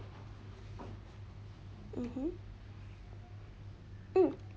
mmhmm hmm